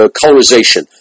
colorization